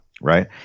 Right